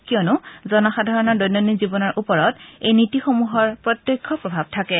কিয়নো জনসাধাৰণৰ দৈনন্দিন জীৱনৰ ওপৰত এই নীতিসমূহৰ প্ৰত্যক্ষ প্ৰভাৱ থাকে